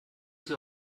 sie